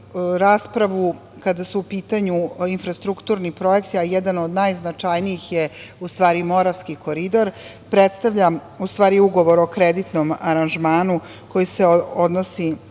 raspravu, kada su u pitanju infrastrukturni projekti, a jedan od najznačajnijih je Moravski koridor, predstavlja, u stvari, ugovor o kreditnom aranžmanu, koji se odnosi